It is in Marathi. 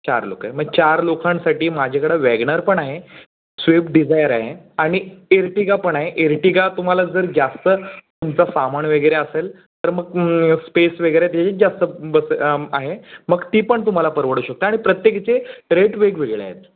चार लोक आहे मग चार लोकांसाठी माझ्याकडं वॅगन आर पण आहे स्विफ्ट डिझायर आहे आणि इर्टिगा पण आहे इर्टिगा तुम्हाला जर जास्त तुमचं सामान वगैरे असेल तर मग स्पेस वगैरे त्याची जास्त बसते आहे मग ती पण तुम्हाला परवडू शकते आणि प्रत्येकीचे रेट वेगवेगळे आहेत